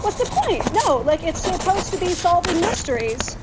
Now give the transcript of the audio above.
what's the point? no. like it's supposed to be solving mysteries.